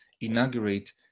inaugurate